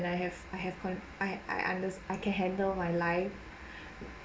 I have I have I cont~ I underst~ I can handle my life